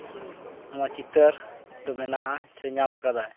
ᱱᱚᱣᱟ ᱪᱤᱛᱟᱹᱨ ᱫᱚ ᱢᱮᱱᱟᱜᱼᱟ ᱥᱮ ᱧᱟᱢᱟᱠᱟᱫᱟᱭ